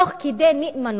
תוך כדי נאמנות.